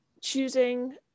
choosing